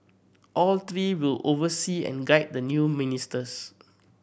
all three will oversee and guide the new ministers